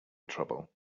trouble